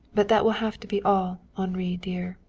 but that will have to be all, henri dear.